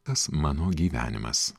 tas mano gyvenimas